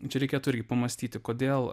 čia reikėtų irgi pamąstyti kodėl